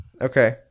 Okay